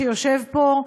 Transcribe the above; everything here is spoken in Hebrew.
שיושב פה,